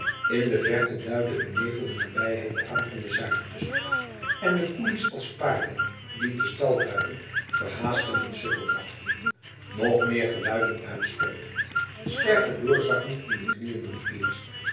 in de verte duidde een nevel de nabijheid aan der zuidkust en de koelies als paarden die de stal ruiken verhaastten hun sukkeldrafje nog meer geluiden uitstotend sterker doorzakkend in de knieën dan eerst